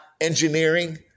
Engineering